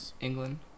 England